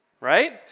Right